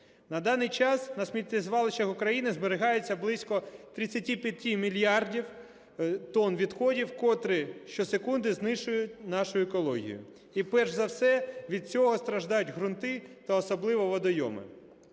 На даний час на сміттєзвалищах України зберігається близько 35 мільярдів тонн відходів, котрі щосекунди знищують нашу екологію. І перш за все від цього страждають ґрунти та особливо водойми.